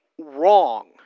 wrong